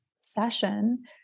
session